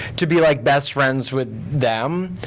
to be like best friends with them,